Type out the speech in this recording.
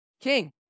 king